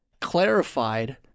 clarified